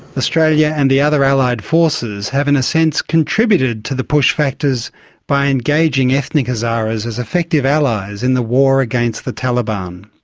australia and the other allied forces have in a sense contributed to the push factors by engaging ethnic hazaras as effective allies in the war against the taliban.